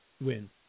win